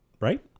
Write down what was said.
Right